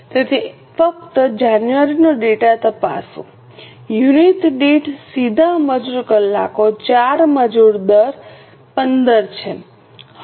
તેથી ફક્ત જાન્યુઆરીનો ડેટા તપાસો યુનિટ દીઠ સીધા મજૂર કલાકો 4 મજૂર દર 15 છે